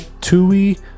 Tui